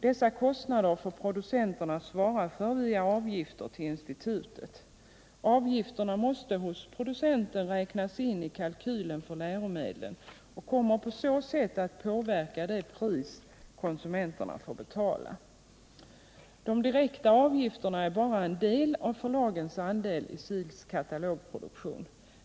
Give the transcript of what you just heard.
Dessa kostnader får producenterna svara för via avgifter till institutet. Avgifterna måste hos producenten räknas in i kalkylen för läromedlen och kommer på så sätt att påverka det pris konsumenterna får betala. De direkta avgifterna är bara en del av förslagens andel i SIL:s katalogproduktion.